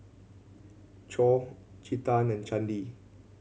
Choor Chetan and Chandi